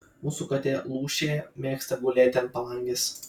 mūsų katė lūšė mėgsta gulėti ant palangės